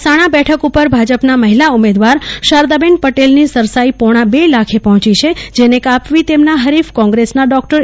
મહેસાણા બેઠક ઉપર ભાજપના મહિલા ઉમેદવાર શારદાબેન પટેલની સરસાઈ પોણા બે લાખે પહોંચી છે જેને કાપવી તેમના હરીફ કોંગ્રેસના ડોક્ટર એ